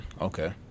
okay